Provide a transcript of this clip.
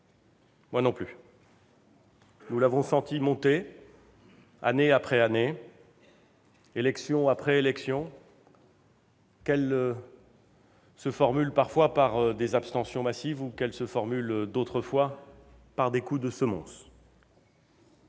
Moi non plus. Nous l'avons sentie monter, année après année, élection après élection, qu'elle se formule parfois par des abstentions massives ou qu'elle se formule d'autres fois par des coups de semonce.